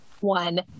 one